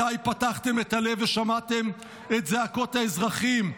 מתי פתחתם את הלב ושמעתם את זעקות האזרחים?